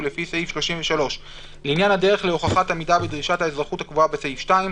לפי סעיף 33 לעניין הדרך להוכחת עמידה בדרישת האזרחות הקבועה בסעיף 2,